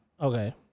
Okay